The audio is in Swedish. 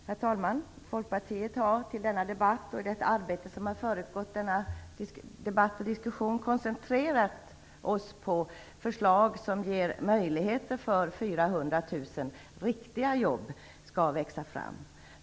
Herr talman! Vi i Folkpartiet har till denna debatt och i det arbete som har föregått denna debatt koncentrerat oss på förslag som ger möjligheter för att 400 000 riktiga jobb skall växa fram.